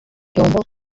muyombo